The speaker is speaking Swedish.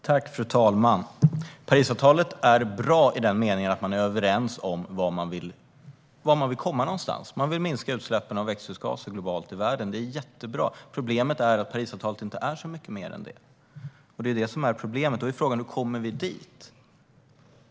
Fru talman! Parisavtalet är bra i den meningen att man är överens om vart man vill komma någonstans. Man vill minska utsläppen av växthusgaser globalt i världen. Det är jättebra. Problemet är att Parisavtalet inte är så mycket mer än det. Det är det som är problemet. Då är frågan: Hur kommer vi dit?